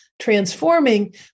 transforming